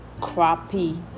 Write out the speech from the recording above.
crappy